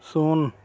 ᱥᱩᱱ